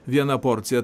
viena porcija